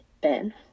Ben